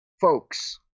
folks